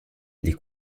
les